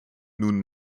nun